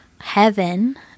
heaven